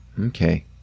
okay